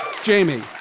Jamie